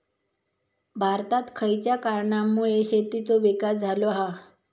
भारतात खयच्या कारणांमुळे शेतीचो विकास झालो हा?